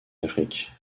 afrique